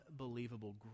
unbelievable